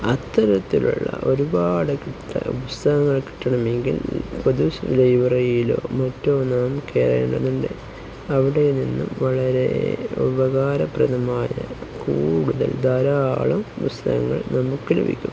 അത്തരത്തിലുള്ള ഒരുപാടു പുസ്തകങ്ങൾ കിട്ടണമെങ്കിൽ പൊതു ലൈബ്രറിയിലോ മറ്റോ നാം കയറേണ്ടതുണ്ട് അവിടെ നിന്നും വളരെ ഉപകാരപ്രദമായ കൂടുതൽ ധാരാളം പുസ്തകങ്ങൾ നമുക്കു ലഭിക്കും